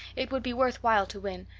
it would be worth while to win,